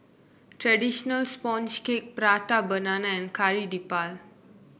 traditional sponge cake Prata Banana and Kari Debal